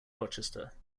rochester